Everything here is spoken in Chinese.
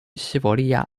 西伯利亚